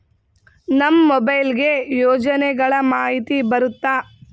ನಮ್ ಮೊಬೈಲ್ ಗೆ ಯೋಜನೆ ಗಳಮಾಹಿತಿ ಬರುತ್ತ?